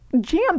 jam